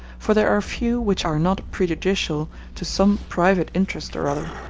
for there are few which are not prejudicial to some private interest or other,